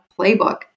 playbook